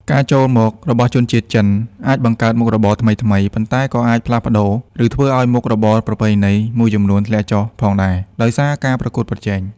ការចូលមករបស់ជនជាតិចិនអាចបង្កើតមុខរបរថ្មីៗ ប៉ុន្តែក៏អាចផ្លាស់ប្តូរ ឬធ្វើឲ្យមុខរបរប្រពៃណីមួយចំនួនធ្លាក់ចុះផងដែរ ដោយសារការប្រកួតប្រជែង។